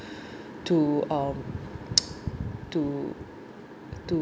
to um to to